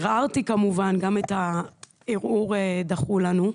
ערערתי כמובן וגם את הערעור דחו לנו.